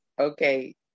okay